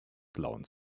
plauen